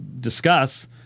discuss